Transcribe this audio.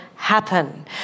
happen